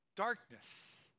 darkness